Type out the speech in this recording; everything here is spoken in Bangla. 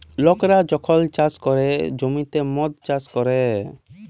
লকরা যখল চাষ ক্যরে জ্যমিতে মদ চাষ ক্যরে